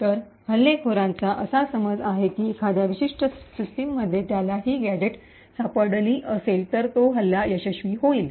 तर हल्लेखोरांचा असा समज आहे की एखाद्या विशिष्ट सिस्टममध्ये त्याला ही गॅझेट सापडली असेल तर तो हल्ला यशस्वी होईल